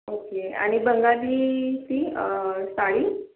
okay आणि बंगाली ती साडी